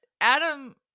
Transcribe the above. Adam